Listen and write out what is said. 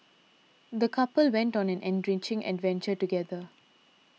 the couple went on an enriching adventure together